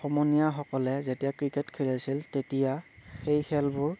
সমনীয়াসকলে যেতিয়া ক্ৰিকেট খেলাইছিল তেতিয়া সেই খেলবোৰ